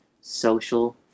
social